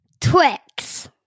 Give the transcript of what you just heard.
Twix